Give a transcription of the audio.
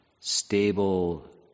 stable